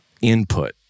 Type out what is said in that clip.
input